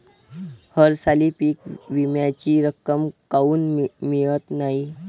हरसाली पीक विम्याची रक्कम काऊन मियत नाई?